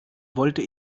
wollte